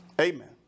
Amen